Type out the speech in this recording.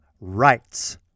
rights